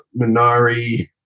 Minari